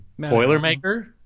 Boilermaker